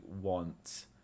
want